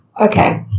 Okay